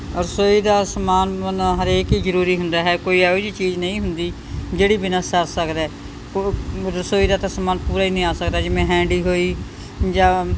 ਰਸੋਈ ਦਾ ਸਮਾਨ ਹਰੇਕ ਹੀ ਜ਼ਰੂਰੀ ਹੁੰਦਾ ਹੈ ਕੋਈ ਇਹੋ ਜਿਹੀ ਚੀਜ਼ ਨਹੀਂ ਹੁੰਦੀ ਜਿਹੜੀ ਬਿਨਾਂ ਸਰ ਸਕਦਾ ਰ ਰਸੋਈ ਦਾ ਤਾਂ ਸਮਾਨ ਪੂਰਾ ਹੀ ਨਹੀਂ ਆ ਸਕਦਾ ਜਿਵੇਂ ਹੈਂਡੀ ਹੋਈ ਜਾਂ